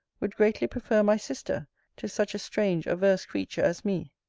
would greatly prefer my sister to such a strange averse creature as me.